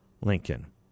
Lincoln